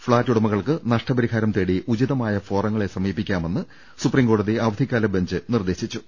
flat ഉടമകൾക്ക് നഷ്ടപരിഹാരം തേടി ഉചിതമായ ഫോറങ്ങളെ സമീപിക്കാമെന്ന് സുപ്രീംകോടതി അവധിക്കാല ബെഞ്ച് നിർദ്ദേ ശിച്ചു